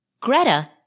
Greta